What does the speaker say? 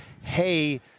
hey